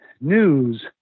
news